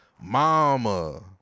Mama